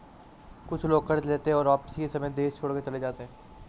कुछ लोग कर्ज लेते हैं और वापसी के समय देश छोड़कर चले जाते हैं